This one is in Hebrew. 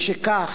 משכך,